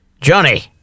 Johnny